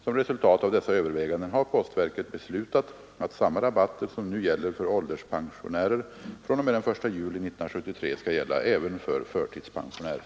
Som resultat av dessa överväganden har postverket beslutat att samma rabatter som nu gäller för ålderspensionärer fr.o.m. den 1 juli 1973 skall gälla även för förtidspensionärer.